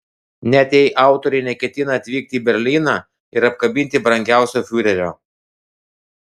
net jei autorė neketina atvykti į berlyną ir apkabinti brangiausio fiurerio